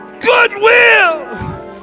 goodwill